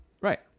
Right